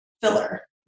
filler